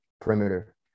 perimeter